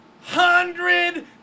hundred